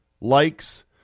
likes